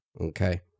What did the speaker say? okay